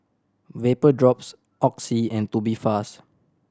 Vapodrops Oxy and Tubifast